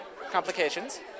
complications